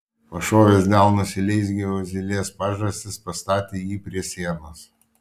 pašovęs delnus į leisgyvio zylės pažastis pastatė jį prie sienos